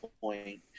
point